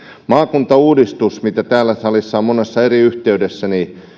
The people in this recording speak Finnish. maakuntauudistus mitä täällä salissa on monessa eri yhteydessä